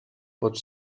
pot